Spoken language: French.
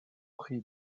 prix